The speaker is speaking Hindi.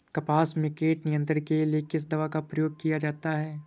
कपास में कीट नियंत्रण के लिए किस दवा का प्रयोग किया जाता है?